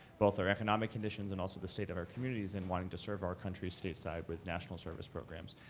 both our economic conditions and also the state of our communities in wanting to serve our country stateside with national service programs.